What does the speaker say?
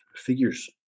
figures